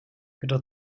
kdo